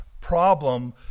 problem